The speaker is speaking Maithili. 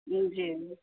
जी